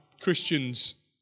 Christians